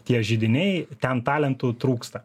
tie židiniai ten talentų trūksta